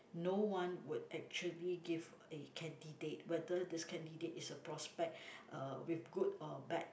no one would actually give a candidate whether this candidate is a prospect uh with good or bad